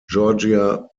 georgia